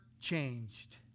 changed